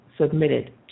submitted